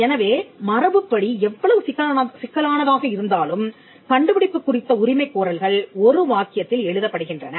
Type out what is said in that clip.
எனவே மரபுப்படி எவ்வளவு சிக்கலானதாக இருந்தாலும் கண்டுபிடிப்பு குறித்த உரிமைக் கோரல்கள் ஒரு வாக்கியத்தில் எழுதப்படுகின்றன